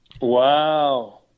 Wow